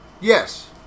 yes